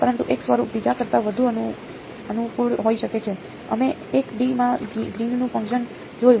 પરંતુ એક સ્વરૂપ બીજા કરતાં વધુ અનુકૂળ હોઈ શકે છે અમે 1 D માં ગ્રીનનું ફંકશન જોયું